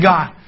God